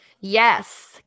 Yes